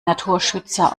naturschützer